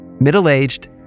Middle-aged